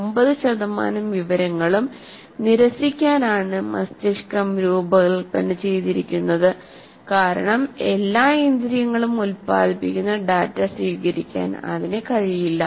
9 ശതമാനം വിവരങ്ങളും നിരസിക്കാനാണ് മസ്തിഷ്കം രൂപകൽപ്പന ചെയ്തിരിക്കുന്നത് കാരണം എല്ലാ ഇന്ദ്രിയങ്ങളും ഉൽപ്പാദിപ്പിക്കുന്ന ഡാറ്റ സ്വീകരിക്കാൻ അതിനു കഴിയില്ല